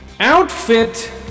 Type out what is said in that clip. Outfit